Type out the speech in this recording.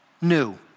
new